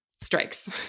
Strikes